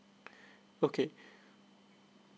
okay